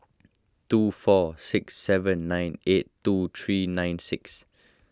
two four six seven nine eight two three nine six